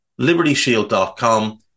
LibertyShield.com